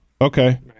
okay